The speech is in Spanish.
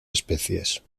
especies